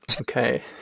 okay